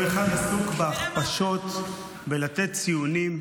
כל אחד עסוק בהכפשות, בלתת ציונים,